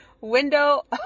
window